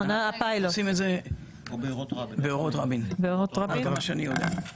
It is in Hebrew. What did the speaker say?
עושים את זה באורות רבין, עד כמה שאני יודע.